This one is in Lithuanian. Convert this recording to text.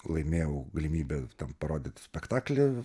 laimėjau galimybę parodyt spektaklį